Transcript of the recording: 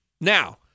Now